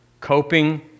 coping